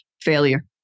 failure